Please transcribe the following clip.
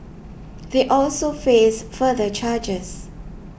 they also face further charges